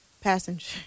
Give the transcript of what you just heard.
Passenger